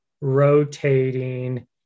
rotating